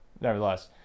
nevertheless